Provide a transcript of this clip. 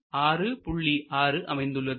6 அமைந்துள்ளது